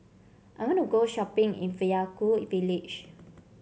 I want to go shopping in Vaiaku village